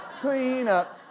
clean-up